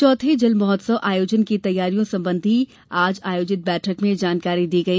चौथे जल महोत्सव आयोजन की तैयारियों संबंधी बैठक में यह जानकारी दी गई